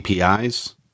APIs